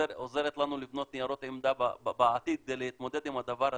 עוזרת לנו לבנות ניירות עמדה בעתיד כדי להתמודד עם הדבר הזה.